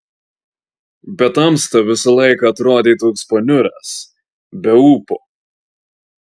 bet tamsta visą laiką atrodei toks paniuręs be ūpo